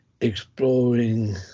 exploring